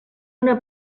una